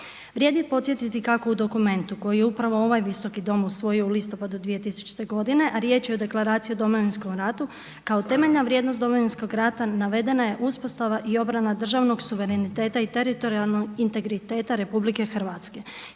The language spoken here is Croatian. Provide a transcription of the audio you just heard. Vrijedi podsjetiti kako u dokumentu koji je upravo ovaj Visoki dom usvojio u listopadu 2000. godine, a riječ je o Deklaraciji o Domovinskom ratu kao temeljna vrijednost Domovinskog rata navedena je uspostava i obrana državnog suvereniteta i teritorijalnog integriteta Republike Hrvatske